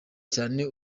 cyane